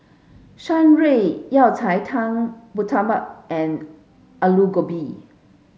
Shan Rui Yao Cai Tang Murtabak and Aloo Gobi